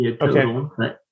Okay